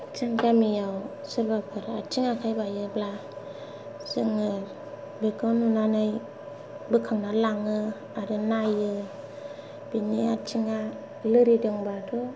जों गामियाव सोरबाफोर आथिं आखाइ बायोब्ला जोङो बेखौ नुनानै बोखांनानै लाङो आरो नायो बिनि आथिङा लोरिदोंबाथ'